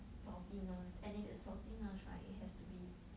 saltiness and if it's saltiness right it has to be